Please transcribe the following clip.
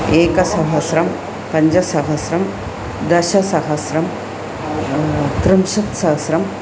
एकसहस्रं पञ्चसहस्रं दशसहस्रं त्रिंशत्सहस्रम्